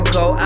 go